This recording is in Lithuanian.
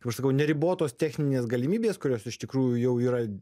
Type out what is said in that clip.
kaip aš sakau neribotos techninės galimybės kurios iš tikrųjų jau yra